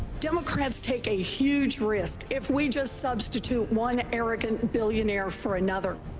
democrats take a huge risk if we just substitute one arrogant billionaire for another.